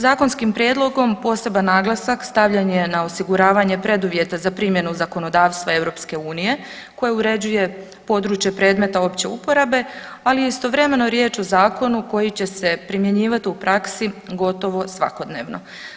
Zakonskim prijedlogom poseban naglasak stavljen je na osiguravanje preduvjeta za primjenu zakonodavstva EU, koje uređuje područje predmeta opće uporabe, ali je istovremeno riječ o zakonu koji će se primjenjivati u praksi gotovo svakodnevno.